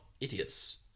idiots